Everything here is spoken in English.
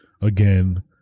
again